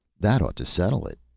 that ought to settle it,